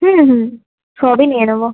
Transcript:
হুম হুম সবই নিয়ে নেবো